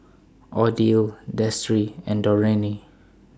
Odile Destry and Dorene